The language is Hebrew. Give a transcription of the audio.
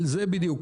בדיוק.